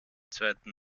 zweiten